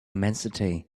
immensity